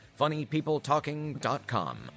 funnypeopletalking.com